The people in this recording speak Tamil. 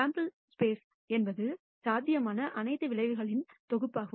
சேம்பிள் ப்ளேஸ் என்பது சாத்தியமான அனைத்து விளைவுகளின் தொகுப்பாகும்